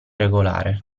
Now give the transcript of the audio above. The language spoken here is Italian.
regolare